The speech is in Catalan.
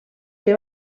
que